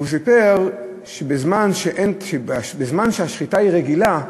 הוא סיפר שבזמן שהשחיטה היא רגילה,